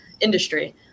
industry